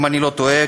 אם אני לא טועה,